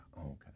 okay